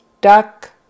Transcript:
duck